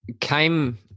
came